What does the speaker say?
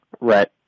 Right